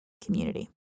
community